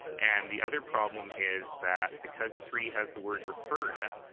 and the other problem is that because three has the word refer in it,